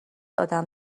آدم